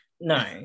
No